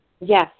Yes